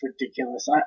ridiculous